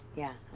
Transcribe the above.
yeah,